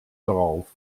drauf